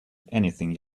anything